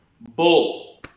Bull